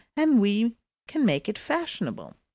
and we can make it fashionable.